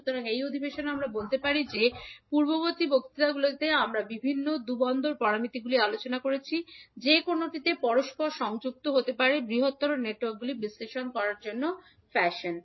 সুতরাং এই অধিবেশনে আমরা বলতে পারি যে পূর্ববর্তী বক্তৃতাগুলিতে আমরা বিভিন্ন দ্বি পোর্ট প্যারামিটারগুলি আলোচনা করেছি যে কোনওটিতে পরস্পর সংযুক্ত হতে পারে বৃহত্তর নেটওয়ার্কগুলি বিশ্লেষণ করার জন্য ফ্যাশন